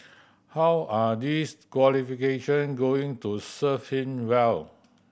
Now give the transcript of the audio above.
how are these qualification going to serve him well